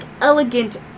elegant